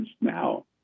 now